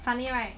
funny right